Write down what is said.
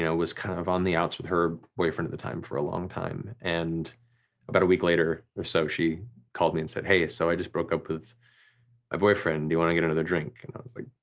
yeah was kind of on the outs with her boyfriend at the time for a long time, and about a week later or so she called me and said hey, so i just broke up with my boyfriend, do you wanna get another drink? and i was like